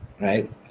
Right